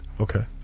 okay